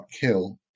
kill